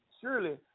surely